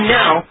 now